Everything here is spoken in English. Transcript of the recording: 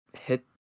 hit